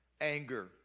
anger